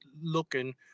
looking